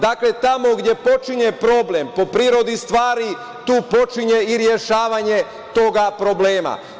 Dakle, tamo gde počinje problem, po prirodi stvari, tu počinje i rešavanje toga problema.